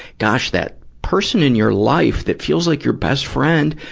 gosh, that person in your life that feels like your best friend,